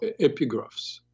epigraphs